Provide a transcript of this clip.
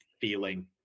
feeling